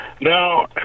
Now